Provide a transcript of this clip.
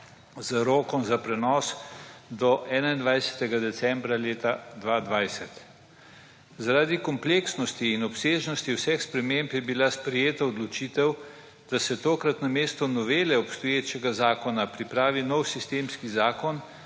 z rokom za prenos do 21. decembra leta 2020. Zaradi kompleksnosti in obsežnosti vseh sprememb je bila sprejeta odločitev, da se tokrat namesto novele obstoječega zakona pripravi nov sistemski zakon,